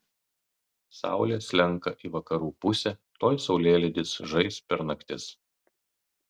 saulė slenka į vakarų pusę tuoj saulėlydis žais per naktis